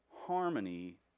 harmony